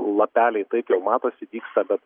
lapeliai taip jau matosi dygsta bet